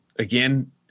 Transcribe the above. again